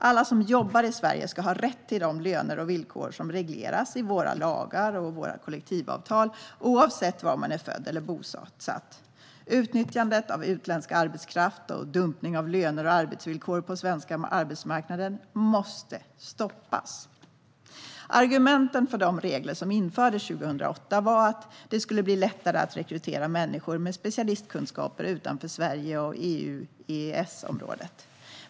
Alla som jobbar i Sverige ska ha rätt till de löner och villkor som regleras i våra lagar och kollektivavtal, oavsett var man är född eller bosatt. Utnyttjandet av utländsk arbetskraft och dumpningen av löner och arbetsvillkor på den svenska arbetsmarknaden måste stoppas. Argumenten för de regler som infördes 2008 var att det skulle bli lättare att rekrytera människor med specialistkunskaper utanför Sverige och EU och EES-området.